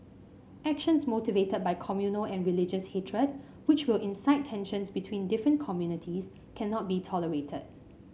actions motivated by communal and religious hatred which will incite tensions between different communities cannot be tolerated